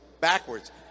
backwards